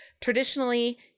traditionally